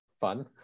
fun